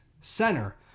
center